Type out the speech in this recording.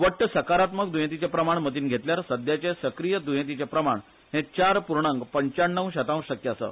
वट्ट सकारात्मक द्वयेंतीचे प्रमाण मतींन घेतल्यार सदयाचे सक्रीय द्येंतीचे प्रमाण हे चार पूर्णांक पंच्याण्णव्व शतांश टक्के आसा